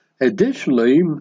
Additionally